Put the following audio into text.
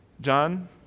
John